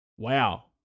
Wow